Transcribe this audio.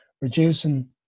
reducing